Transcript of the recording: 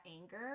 anger